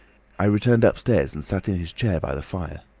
i returned upstairs and sat in his chair by the fire.